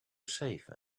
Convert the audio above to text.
safe